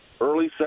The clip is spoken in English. early